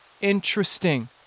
interesting